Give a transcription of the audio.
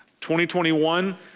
2021